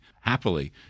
Happily